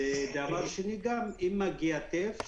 ודבר שני גם אם מגיע טף,